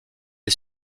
est